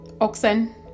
oxen